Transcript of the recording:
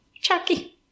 Chucky